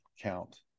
count